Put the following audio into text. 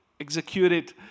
executed